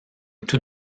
tout